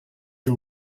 cyo